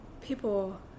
people